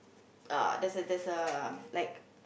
uh there's a there's a like